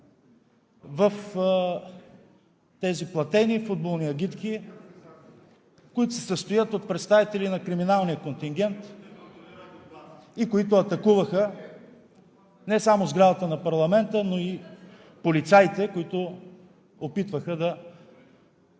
в тези платени футболни агитки, които се състоят от представители на криминалния контингент и които атакуваха не само сградата на парламента, но и полицаите, които опитваха да